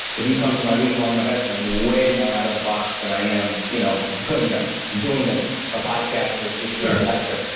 if you come to my week-long events, i'm way more out of the box than i am you know doing ah doing ah a podcast or just sharing a lecture.